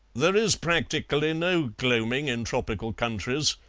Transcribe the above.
there is practically no gloaming in tropical countries,